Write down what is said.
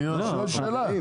אני שואל שאלה.